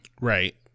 Right